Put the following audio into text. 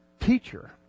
teacher